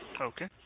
Okay